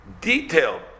detailed